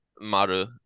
maru